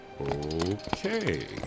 Okay